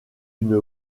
une